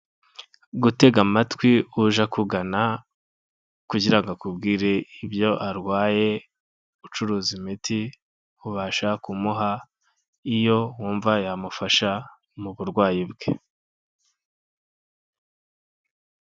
Gutega amatwi uje akugana kugira ngo akubwire ibyo arwaye, ucuruza imiti ubasha kumuha, iyo wumva yamufasha, mu burwayi bwe.